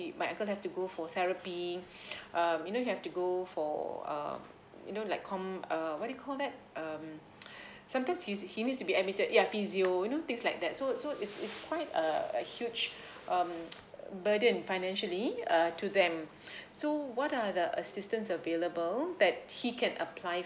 my uncle have to go for therapy um you know you have to go for uh you know like come err what do you call that um sometimes he's he needs to be admitted yeah physio you know things like that so so it's quite a a huge um burden financially uh to them so what are the assistance available that he can apply